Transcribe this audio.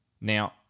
Now